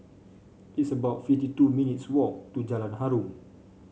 it's about fifty two minutes' walk to Jalan Harum